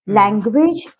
language